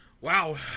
Wow